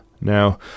Now